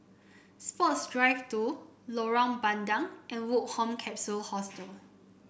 Sports Drive Two Lorong Bandang and Woke Home Capsule Hostel